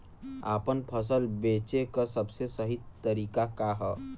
आपन फसल बेचे क सबसे सही तरीका का ह?